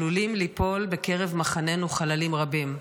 עלולים ליפול בקרב מחננו חללים רבים.